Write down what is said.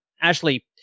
Ashley